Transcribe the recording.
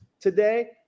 today